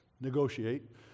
negotiate